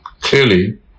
clearly